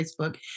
Facebook